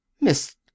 Miss